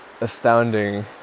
astounding